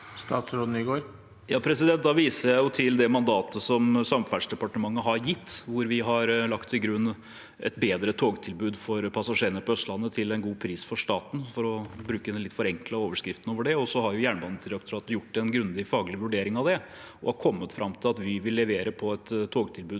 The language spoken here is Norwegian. Da vil jeg vise til det mandatet som Samferdselsdepartementet har gitt, hvor vi har lagt til grunn et bedre togtilbud for passasjerene på Østlandet til en god pris for staten, for å bruke en litt forenklet overskrift på det. Så har Jernbanedirektoratet gjort en grundig faglig vurdering av det og kommet fram til at Vy vil levere på et togtilbud